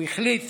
הוא החליט